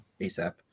ASAP